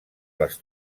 les